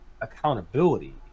accountability